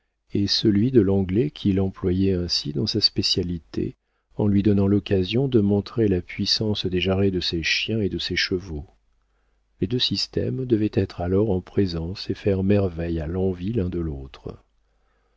et celui de l'anglais qu'il employait ainsi dans sa spécialité en lui donnant l'occasion de montrer la puissance des jarrets de ses chiens et de ses chevaux les deux systèmes devaient être alors en présence et faire merveilles à l'envi l'un de l'autre